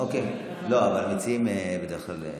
אוקיי, אבל המציעים בדרך כלל,